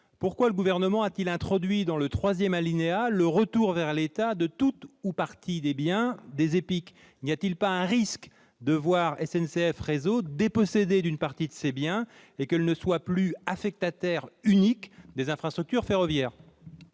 Pourquoi le Gouvernement a-t-il prévu au troisième alinéa de cet article le retour à l'État de tout ou partie des biens des EPIC ? N'y a-t-il pas un risque de voir SNCF Réseau dépossédée d'une partie de ses biens et qu'elle ne soit plus affectataire unique des infrastructures ferroviaires ?